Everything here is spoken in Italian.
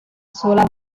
sola